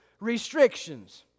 restrictions